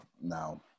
now